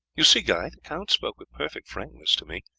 you see, guy, the count spoke with perfect frankness to me.